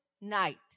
night